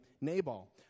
Nabal